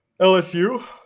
LSU